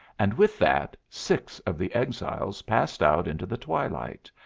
and with that, six of the exiles passed out into the twilight,